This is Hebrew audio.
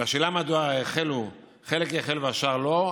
לשאלה מדוע חלק החלו והשאר לא,